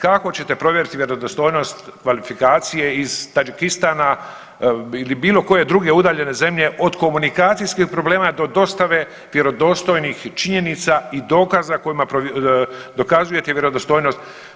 Kako ćete provjeriti vjerodostojnost kvalifikacije iz Tadžikistana ili bilo koje druge udaljene zemlje od komunikacijskih problema do dostave vjerodostojnih činjenica i dokaza kojima dokazujete vjerodostojnost.